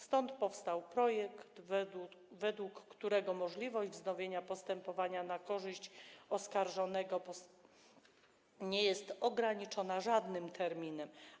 Stąd powstał projekt, według którego możliwość wznowienia postępowania na korzyść oskarżonego nie jest ograniczona żadnym terminem.